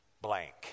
blank